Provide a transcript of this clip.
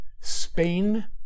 Spain